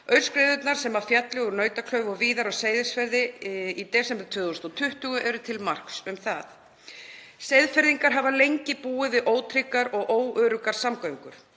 Aurskriðurnar sem féllu úr Nautaklauf og víðar á Seyðisfirði í desember 2020 eru til marks um það. Seyðfirðingar hafa lengi búið við ótryggar og óöruggar samgöngur.